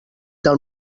del